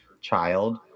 child